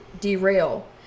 Derail